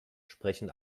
sprechen